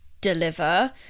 deliver